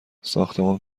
ساختمان